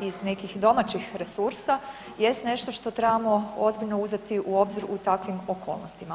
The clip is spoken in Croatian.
iz nekih domaćih resursa jest nešto što trebamo ozbiljno uzeti u obzir u takvim okolnostima.